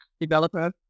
developer